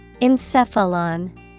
Encephalon